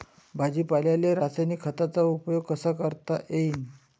भाजीपाल्याले रासायनिक खतांचा उपयोग कसा करता येईन?